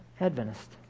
Adventist